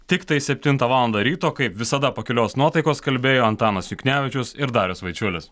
tiktai septintą valandą ryto kaip visada pakilios nuotaikos kalbėjo antanas juknevičius ir darius vaičiulis